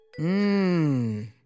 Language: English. Mmm